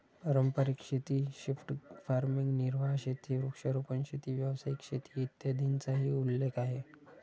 पारंपारिक शेती, shift farming, निर्वाह शेती, वृक्षारोपण शेती, व्यावसायिक शेती, इत्यादींचाही उल्लेख आहे